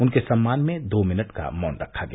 उनके सम्मान में दो मिनट का मौन रखा गया